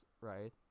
right